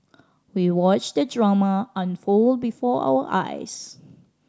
we watched the drama unfold before our eyes